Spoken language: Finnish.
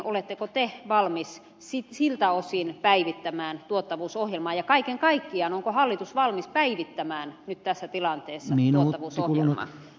oletteko te valmis siltä osin päivittämään tuottavuusohjelman ja kaiken kaikkiaan onko hallitus valmis päivittämään nyt tässä tilanteessa tuottavuusohjelman